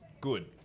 good